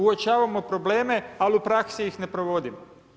Uočavamo probleme, ali u praksi ih ne provodimo.